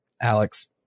Alex